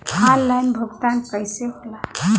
Online भुगतान कईसे होला?